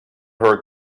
her